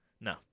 No